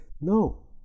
no